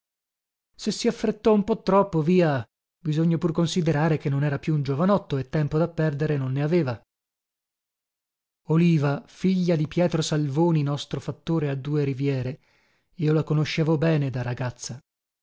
se si affrettò un po troppo via bisogna pur considerare che non era più un giovanotto e tempo da perdere non ne aveva oliva figlia di pietro salvoni nostro fattore a due riviere io la conoscevo bene da ragazza